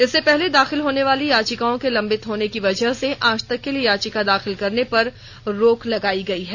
इससे पहले दाखिल होने वाली याचिकाओं के लंबित होने की वजह से आज तक के लिए याचिका दाखिल करने पर रोक लगाई गई है